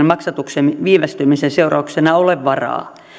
maksatuksen viivästymisen seurauksena ole varaa